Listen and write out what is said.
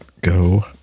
go